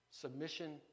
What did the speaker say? submission